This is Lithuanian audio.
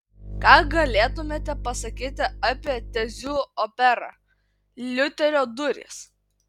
ką galėtumėte pasakyti apie tezių operą liuterio durys